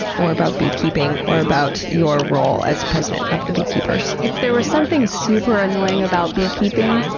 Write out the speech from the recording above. or about beekeeping, or about your role as president of the beekeepers? if there was something super annoying about beekeeping,